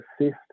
assist